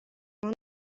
سلمان